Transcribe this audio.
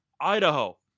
Idaho